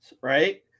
right